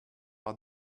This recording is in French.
par